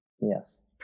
Yes